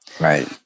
Right